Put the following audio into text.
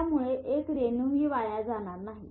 त्यामुळे एक रेणूही वाया जाणार नाही